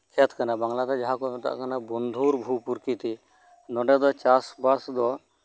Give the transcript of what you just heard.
ᱠᱷᱮᱛ ᱠᱟᱱᱟ ᱵᱟᱝᱞᱟ ᱛᱮ ᱡᱟᱦᱟᱸ ᱠᱚ ᱢᱮᱛᱟᱜ ᱠᱟᱱᱟ ᱵᱚᱱᱫᱷᱩᱨ ᱵᱷᱩ ᱯᱨᱚᱠᱤᱛᱤ ᱱᱚᱰᱮ ᱫᱚ ᱪᱟᱥᱵᱟᱥ ᱫᱚ